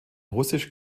russisch